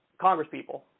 congresspeople